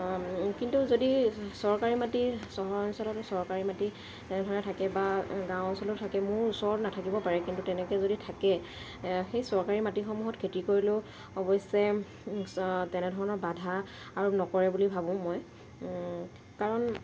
কিন্তু যদি চৰকাৰী মাটি চহৰ অঞ্চলত চৰকাৰী মাটি তেনেধৰণে থাকে বা গাঁও অঞ্চলৰ থাকে মোৰ ওচৰত নাথাকিব পাৰে কিন্তু তেনেকৈ যদি থাকে সেই চৰকাৰী মাটিসমূহত খেতি কৰিলেও অৱশ্যে তেনেধৰণৰ বাধা আৰোপ নকৰে বুলি ভাবোঁ মই কাৰণ